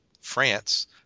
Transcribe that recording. France